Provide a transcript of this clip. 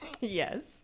Yes